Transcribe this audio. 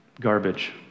garbage